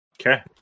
Okay